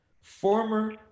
former